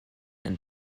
and